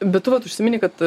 bet tu vat užsimenei kad